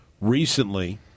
recently